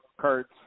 cards